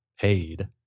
paid